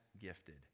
gifted